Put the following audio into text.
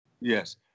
Yes